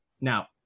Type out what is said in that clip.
Now